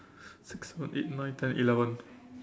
six seven eight nine ten eleven